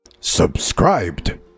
Subscribed